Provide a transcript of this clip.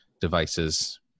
devices